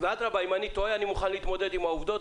אדרבה, אם אני טועה אני מוכן להתמודד עם העובדות.